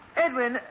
Edwin